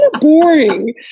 boring